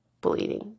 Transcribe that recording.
bleeding